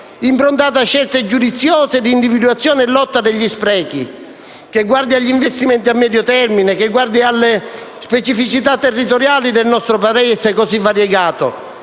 improntata a scelte giudiziose di individuazione e lotta agli sprechi, che guardi agli investimenti a medio termine e alle specificità territoriali del nostro Paese, che è così variegato,